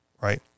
right